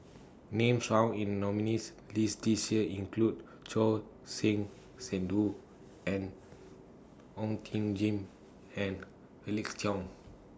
Names found in nominees' list This Year include Choor Singh Sidhu and Ong Tjoe Kim and Felix Cheong